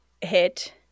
hit